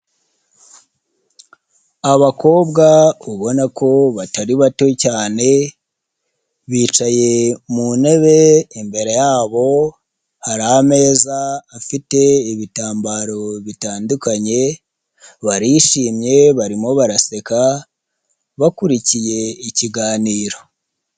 Abakobwa ubona ko batari bato cyane, bicaye mu ntebe imbere yabo hari ameza, afite ibitambaro bitandukanye, barishimye barimo baraseka bakurikiye ikiganiro.